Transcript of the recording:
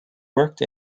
worked